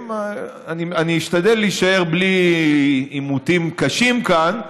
אני אשתדל להישאר בלי עימותים קשים כאן,